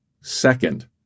Second